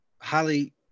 highly